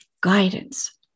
guidance